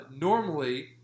Normally